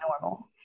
normal